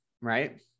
Right